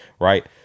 Right